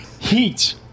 Heat